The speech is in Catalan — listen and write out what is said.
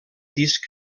disc